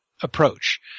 approach